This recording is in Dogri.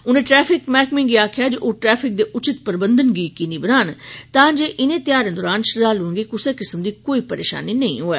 उनें ट्रैफिक मैहकमे गी आखेआ जे ओह ट्रैफिक दे उचित प्रबंधन गी यकीनी बनान तांजे इनें त्यौहारें दौरान श्रद्वालुएं गी कुसा किस्मै दी कोई परेशानी नेईं होऐ